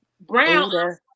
brown